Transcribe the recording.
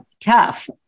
tough